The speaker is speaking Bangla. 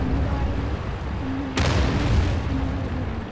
মোবাইল ইয়ে নেট চলছে না ভালোভাবে